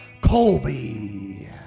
Colby